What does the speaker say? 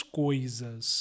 coisas